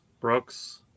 Brooks